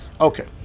Okay